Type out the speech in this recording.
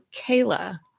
Kayla